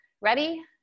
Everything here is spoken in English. Ready